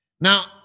Now